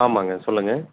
ஆமாங்க சொல்லுங்கள்